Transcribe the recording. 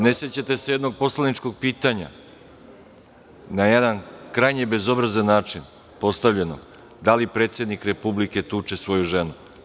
Ne sećate se jednog poslaničkog pitanja, na jedan krajnje bezobrazan način postavljenog – da li predsednik Republike tuče svoju ženu?